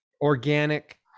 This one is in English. organic